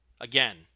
Again